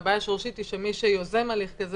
והבעיה השורשית היא שמי שיוזם הליך כזה